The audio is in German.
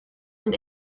den